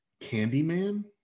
Candyman